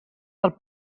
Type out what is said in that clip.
del